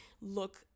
look